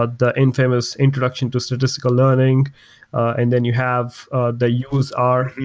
ah the infamous introduction to statistical learning and then you have ah the use r!